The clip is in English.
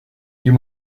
you